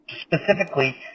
specifically